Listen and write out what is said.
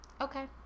Okay